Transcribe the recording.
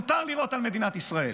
מותר לירות על מדינת ישראל,